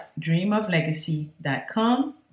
dreamoflegacy.com